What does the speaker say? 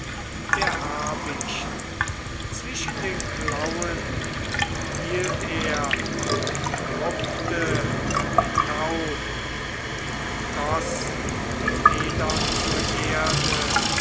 der habicht zwischen den klauen hielt er und rupfte die taub und goß die federn zur erde